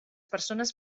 persones